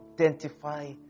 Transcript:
identify